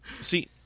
See